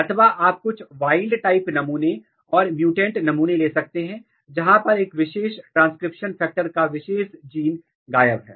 अथवा आप कुछ wild type नमूने और म्युटेंट नमूने ले सकते हैं जहां पर एक विशेष ट्रांसक्रिप्शन फैक्टर एक विशेष जीन गायब है